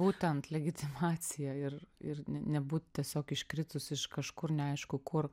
būtent legitimaciją ir ir ne nebūt tiesiog iškritus iš kažkur neaišku kur